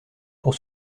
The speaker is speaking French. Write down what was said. pour